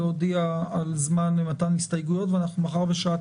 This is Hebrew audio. להודיע על זמן מתן הסתייגויות, ואנחנו מחר בשעה